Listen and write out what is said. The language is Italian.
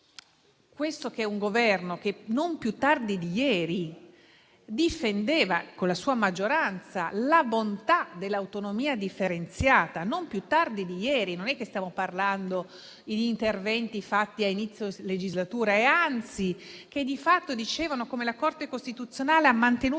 questo Governo, che difendeva con la sua maggioranza la bontà dell'autonomia differenziata non più tardi di ieri (non è che stiamo parlando di interventi fatti a inizio legislatura), e che anzi di fatto dice come la Corte costituzionale abbia mantenuto